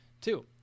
two